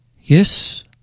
Yes